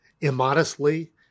immodestly